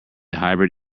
hybrid